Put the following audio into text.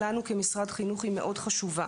לנו כמשרד החינוך היא מאוד חשובה.